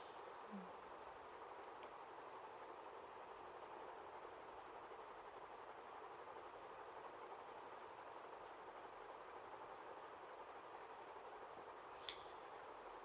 mm